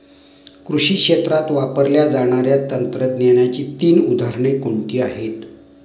कृषी क्षेत्रात वापरल्या जाणाऱ्या तंत्रज्ञानाची तीन उदाहरणे कोणती आहेत?